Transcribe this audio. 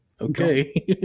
okay